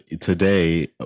today